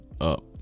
up